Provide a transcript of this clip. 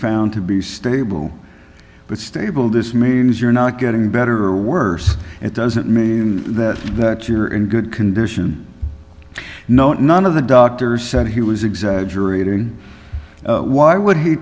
found to be stable but stable this means you're not getting better or worse it doesn't mean that that you're in good condition no none of the doctors said he was exaggerating why would he